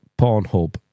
Pornhub